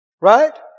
Right